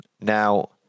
Now